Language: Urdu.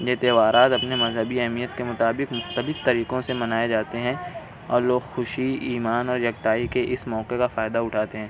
یہ تہوارات اپنے مذہبی اہمیت کے مطابق مختلف طریقوں سے منائے جاتے ہیں اور لوگ خوشی ایمان اور یکتائی کے اس موقعے کا فائدہ اٹھاتے ہیں